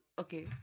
okay